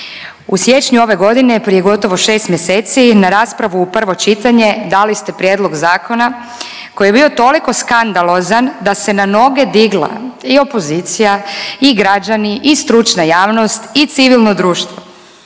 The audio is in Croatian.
U siječnju ove godine prije gotovo šest mjeseci na raspravu u prvo čitanje dali ste prijedlog zakona koji je bio toliko skandalozan da se na noge digla i opozicija i građani i stručna javnost i civilno društvo.